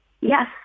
Yes